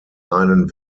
einen